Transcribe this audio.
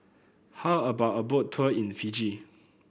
how about a Boat Tour in Fiji